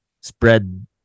spread